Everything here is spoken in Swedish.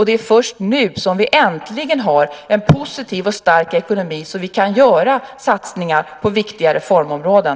Det är först nu som vi äntligen har en positiv och stark ekonomi så att vi kan göra satsningar på viktiga reformområden.